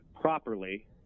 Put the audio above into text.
properly